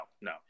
no